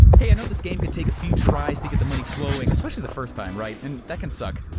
hey, i know this game could take a few tries to get the money flowing, especially the first time, right, and that can suck.